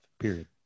Period